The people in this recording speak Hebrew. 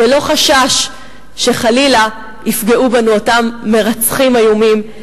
ללא חשש שחלילה יפגעו בנו אותם מרצחים איומים.